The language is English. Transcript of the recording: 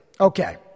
Okay